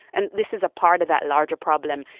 and this is a part of that larger problem,